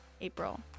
April